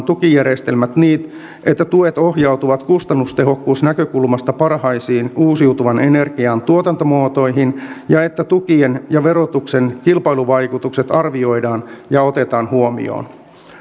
tukijärjestelmät niin että tuet ohjautuvat kustannustehokkuusnäkökulmasta parhaisiin uusiutuvan energian tuotantomuotoihin ja että tukien ja verotuksen kilpailuvaikutukset arvioidaan ja otetaan huomioon